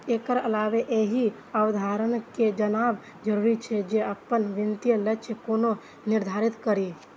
एकर अलावे एहि अवधारणा कें जानब जरूरी छै, जे अपन वित्तीय लक्ष्य कोना निर्धारित करी